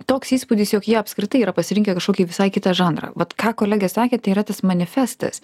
toks įspūdis jog jie apskritai yra pasirinkę kažkokį visai kitą žanrą vat ką kolegė sakė tai yra tas manifestas